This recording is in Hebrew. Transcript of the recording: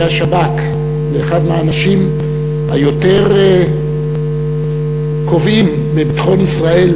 השב"כ ואחד מהאנשים היותר קובעים בביטחון ישראל